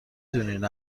دونین